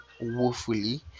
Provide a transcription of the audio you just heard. woefully